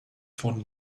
von